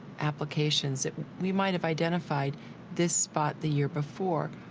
applications, that we might have identified this spot the year before,